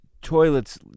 toilets